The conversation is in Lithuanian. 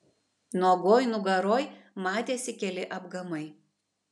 nuogoj nugaroj matėsi keli apgamai